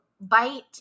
bite